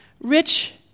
rich